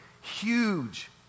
huge